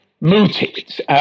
mooted